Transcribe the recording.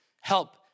Help